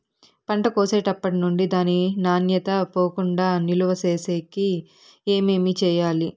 పంట కోసేటప్పటినుండి దాని నాణ్యత పోకుండా నిలువ సేసేకి ఏమేమి చేయాలి?